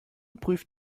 prüft